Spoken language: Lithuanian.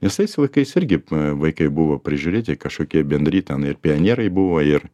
nes tais laikais irgi vaikai buvo prižiūrėti kažkokie bendri ten ir pianerai buvo ir